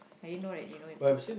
I didn't know that you know have to